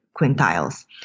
quintiles